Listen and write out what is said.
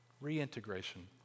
Reintegration